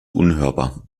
unhörbar